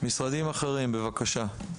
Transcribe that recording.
משרדים אחרים, בבקשה,